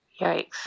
yikes